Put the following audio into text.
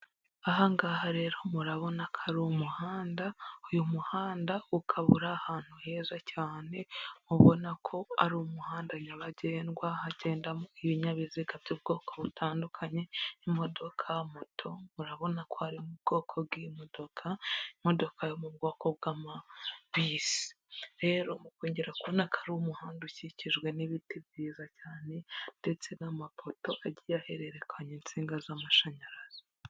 Aha ngaha rero murabona ko ari umuhanda, uyu muhanda ukaba uri ahantu heza cyane, mubona ko ari umuhanda nyabagendwa hagendamo ibinyabiziga by'ubwoko butandukanye n'imodoka moto murabona ko ari mu bwoko bw'imodoka imodoka yo mu bwoko bw'amabisi. Rero mukongera kubona ko ari umuhanda ukikijwe n'ibiti byiza cyane ndetse n'amapoto agiye ahererekanya insinga z'amashanyarazi.